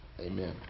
Amen